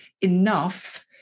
enough